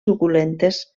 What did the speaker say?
suculentes